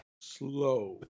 slow